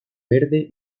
verde